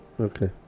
okay